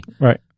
Right